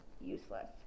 useless